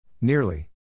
Nearly